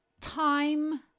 time